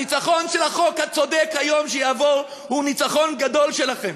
הניצחון של החוק הצודק שיעבור היום הוא ניצחון גדול שלכם.